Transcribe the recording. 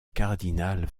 cardinal